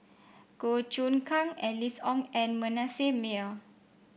Goh Choon Kang Alice Ong and Manasseh Meyer